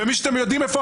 ובמקום בו אתם יודעים שיש